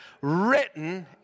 written